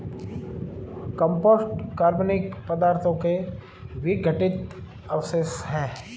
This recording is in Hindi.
कम्पोस्ट कार्बनिक पदार्थों के विघटित अवशेष हैं